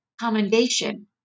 commendation